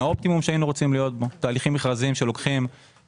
יש את הנושא הכללי של המפעלים בעוטף עזה ואת הדיון על שדרות.